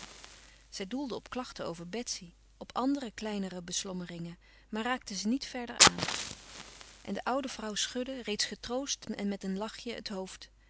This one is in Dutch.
zij doelde op klachten over betsy op andere kleinere beslommeringen maar raakte ze niet verder aan en de oude vrouw schudde reeds getroost en met een lachje het hoofd